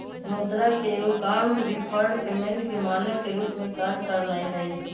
मुद्रा के एगो काम डिफर्ड पेमेंट के मानक के रूप में काज करनाइ हइ